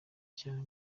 cyane